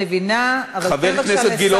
חבר הכנסת גילאון, אני מבינה, אבל תן בבקשה לשר